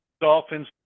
Dolphins